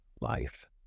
life